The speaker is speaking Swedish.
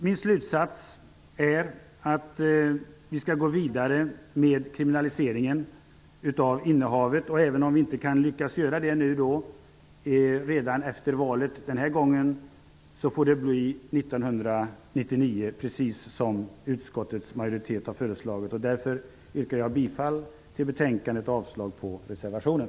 Min slutsats är att vi skall gå vidare med frågan om en kriminalisering av innehavet. Även om vi inte lyckas få igenom en kriminalisering redan efter valet kan vi lyckas 1999, precis som utskottets majoritet har föreslagit. Därför yrkar jag bifall till hemställan i betänkandet och avslag på reservationen.